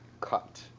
Cut